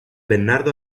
bernardo